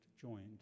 joined